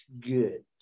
good